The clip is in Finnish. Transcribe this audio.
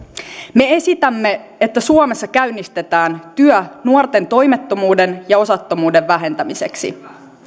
me esitämme että suomessa käynnistetään työ nuorten toimettomuuden ja osattomuuden vähentämiseksi